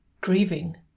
grieving